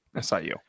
siu